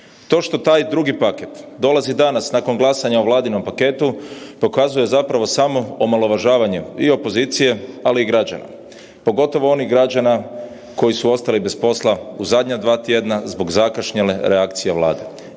To što taj drugi paket dolazi danas nakon glasanja o vladinom paketu, pokazuje zapravo samo omalovažavanje i opozicije, ali i građana, pogotovo onih građana koji su ostali bez posla u zadnja dva tjedna zbog zakašnjele reakcije Vlade,